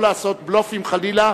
לא לעשות בלופים חלילה,